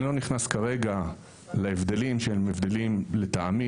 אני לא נכנס כרגע להבדלים שהם הבדלים לטעמי